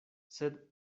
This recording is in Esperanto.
sed